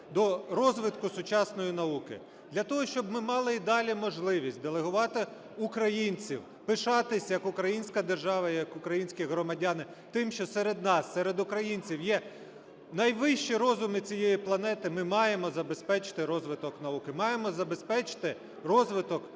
до розвитку сучасної науки. Для того, щоб ми мали й далі можливість делегувати українців, пишатися як українська держава, як українські громадяни тим, що серед нас, серед українців є найвищі розуми цієї планети, ми маємо забезпечити розвиток науки, маємо забезпечити розвиток